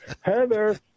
Heather